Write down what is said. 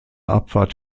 abfahrt